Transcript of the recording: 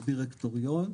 בדירקטוריון.